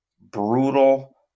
brutal